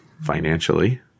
financially